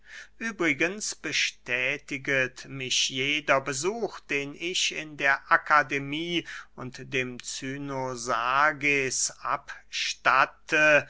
übrigens bestätiget mich jeder besuch den ich in der akademie und dem cynosarges abstatte